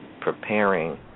preparing